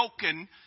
broken